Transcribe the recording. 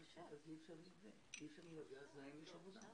ברגע שיהיה היטל היצף